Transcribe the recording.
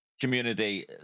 community